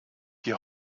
die